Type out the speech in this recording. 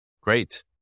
Great